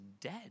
dead